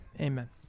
Amen